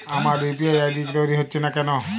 আমার UPI ID তৈরি হচ্ছে না কেনো?